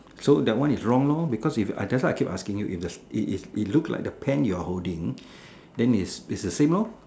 so that one is wrong lor because if I that's why I keep asking you if if it looks the pen you are holding then it's it's the same lor